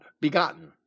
begotten